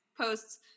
posts